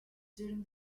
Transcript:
during